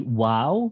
wow